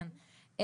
כן,